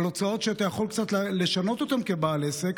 על הוצאות שאתה יכול קצת לשנות אותן כבעל עסק,